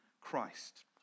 Christ